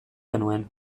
genuen